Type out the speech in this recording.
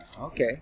Okay